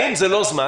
האם זה לא זמן,